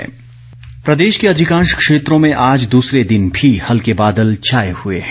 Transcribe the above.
मौसम प्रदेश के अधिकांश क्षेत्रों में आज दूसरे दिन भी हल्के बादल छाए हुए हैं